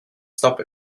stop